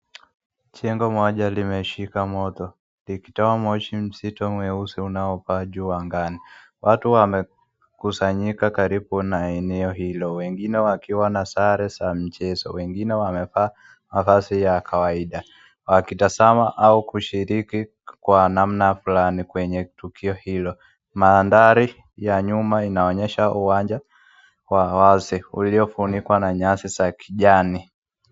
Jengo moja limeshika moto likitoa moshi mzito mweusi unaopaa juu anagani. Watu wamekusanyika karibu na eneo hilo wengine wakiwa na sare za mchezo, wengine wamevaa mavazi ya kawaida, wakitazama au kushiriki kwa namana fulani kwenye tukio hilo. Maandhari ya nyuma inaonyesha uwanja wa wazi, ulio funikwa na nyasi za kijani.